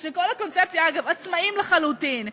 עצמאים לחלוטין.